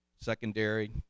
secondary